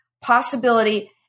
possibility